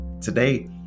Today